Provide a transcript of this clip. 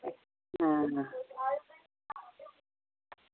अं